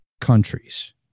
countries